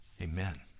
Amen